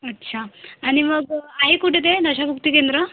अच्छा आणि मग आहे कुठं ते नशा मुक्ती केंद्र